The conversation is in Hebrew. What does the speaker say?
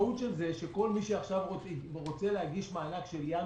המשמעות של זה היא שכל מי שעכשיו רוצה להגיש מענק של ינואר-פברואר,